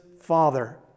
father